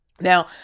Now